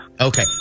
Okay